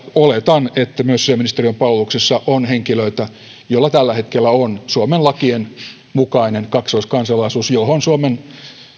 oletan että myös sisäministeriön palveluksessa on henkilöitä joilla tällä hetkellä on suomen lakien mukainen kaksoiskansalaisuus johon suomen